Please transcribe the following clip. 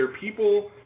people